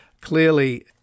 clearly